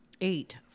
eight